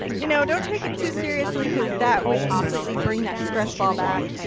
you know don't take it too seriously because that would completely bring that stress ball back.